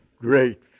Great